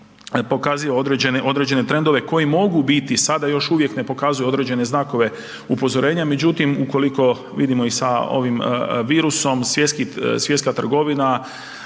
pokazuje određene trendove koji mogu biti sada još uvijek ne pokazuju određene znakove upozorenja, međutim ukoliko vidimo i sa ovim virusom svjetska trgovina,